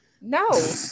No